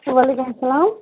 وعلیکُم اسلام